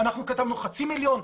אנחנו כתבנו חצי מיליון,